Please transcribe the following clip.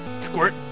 Squirt